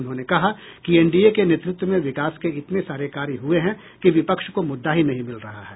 उन्होंने कहा कि एनडीए के नेतृत्व में विकास के इतने सारे कार्य हुए हैं कि विपक्ष को मुद्दा ही नहीं मिल रहा है